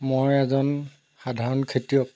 মই এজন সাধাৰণ খেতিয়ক